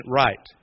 right